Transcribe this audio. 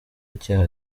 icyaha